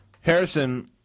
Harrison